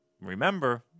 Remember